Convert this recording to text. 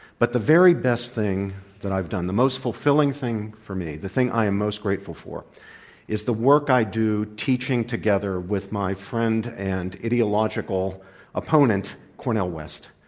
but the very best thing that i've done, the most fulfilling thing for me, the thing i am most grateful for is the work i do teaching, together with my friend and ideological opponent, cornel west.